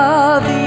Love